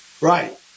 right